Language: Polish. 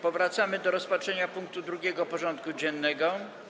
Powracamy do rozpatrzenia punktu 2. porządku dziennego: